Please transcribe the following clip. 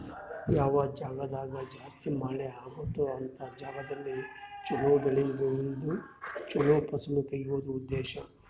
ಯಾವ ಜಾಗ್ದಾಗ ಜಾಸ್ತಿ ಮಳೆ ಅಗುತ್ತೊ ಅಂತ ಜಾಗದಲ್ಲಿ ಚೊಲೊ ಬೆಳೆ ಬೆಳ್ದು ಚೊಲೊ ಫಸಲು ತೆಗಿಯೋದು ಉದ್ದೇಶ